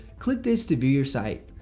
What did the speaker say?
click this to view your site.